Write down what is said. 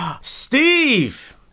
Steve